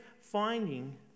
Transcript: finding